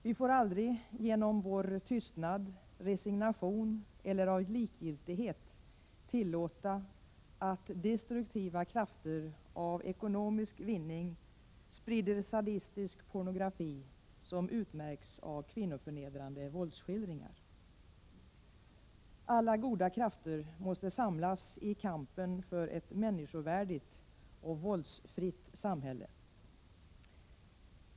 Vi får aldrig genom vår tystnad, resignation eller av likgiltighet tillåta att destruktiva krafter av ekonomisk vinning sprider sadistisk pornografi som utmärks av kvinnoförnedrande våldsskildringar. Alla goda krafter måste samlas i kampen för ett människovärdigt och våldsfritt samhälle.